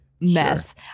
mess